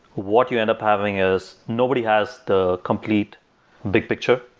what you end up having is nobody has the complete big picture.